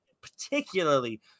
particularly